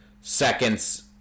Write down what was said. seconds